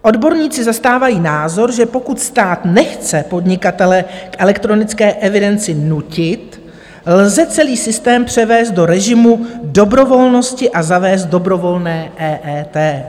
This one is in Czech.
Odborníci zastávají názor, že pokud stát nechce podnikatele k elektronické evidenci nutit, lze celý systém převést do režimu dobrovolnosti a zavést dobrovolné EET.